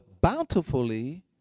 bountifully